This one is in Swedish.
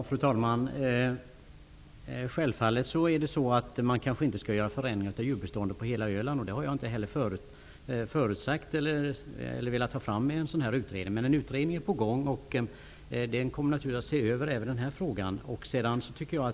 Fru talman! Självfallet bör man inte nödvändigtvis göra förändringar av djurbeståndet på hela Öland, men det hade jag inte heller önskat av en sådan här utredning. Men i pågående utredning kommer naturligtvis även denna fråga att ses över.